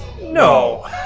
No